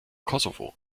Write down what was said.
kosovo